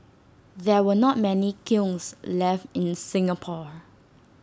there were not many kilns left in Singapore